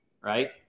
right